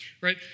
Right